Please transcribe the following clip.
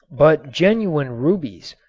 but genuine rubies,